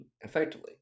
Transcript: effectively